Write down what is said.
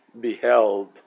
beheld